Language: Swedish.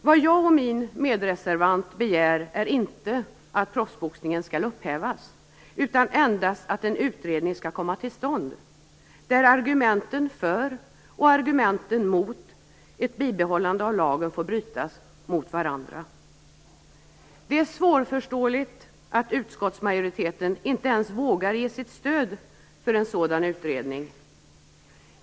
Vad jag och min medreservant begär är inte att proffsboxningslagen skall upphävas utan endast att en utredning skall komma till stånd, där argumenten för och mot ett bibehållande av lagen får brytas mot varandra. Det är svårförståeligt att utskottsmajoriteten inte ens vågar ge sitt stöd för en sådan utredning.